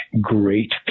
great